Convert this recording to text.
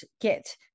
get